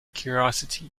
curiosity